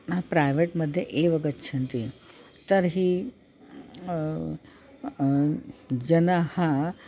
private मध्ये एव गच्छन्ति तर्हि जनाः